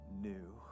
new